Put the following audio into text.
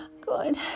good